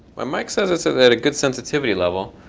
my mic says it's at at a good sensitivity level.